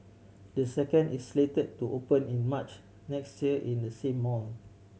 the second is slated to open in March next year in the same mall